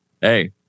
Hey